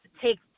take